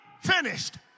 finished